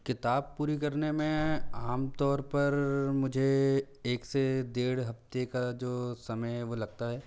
किताब पूरी करने में आमतौर पर मुझे एक से डेढ़ हफ़्ते का जो समय है वो लगता है